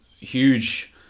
huge